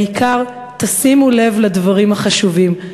והעיקר, תשימו לב לדברים החשובים.